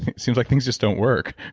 it seems like things just don't work.